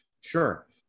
Sure